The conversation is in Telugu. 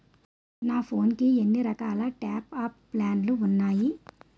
నా ఫోన్ కి ఎన్ని రకాల టాప్ అప్ ప్లాన్లు ఉన్నాయి?